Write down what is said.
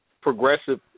progressive